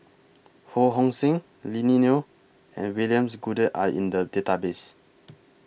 Ho Hong Sing Lily Neo and Williams Goode Are in The Database